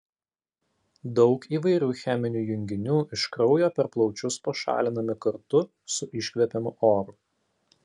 daug įvairių cheminių junginių iš kraujo per plaučius pašalinami kartu su iškvepiamu oru